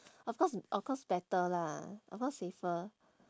of course of course better lah of course safer